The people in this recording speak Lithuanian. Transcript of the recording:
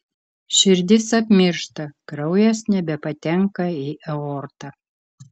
širdis apmiršta kraujas nebepatenka į aortą